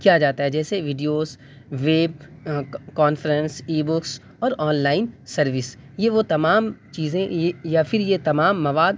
کیا جاتا ہے جیسے videos web conference e books اور آنلائن سروس یہ وہ تمام چیزیں یا پھر یا تمام مواد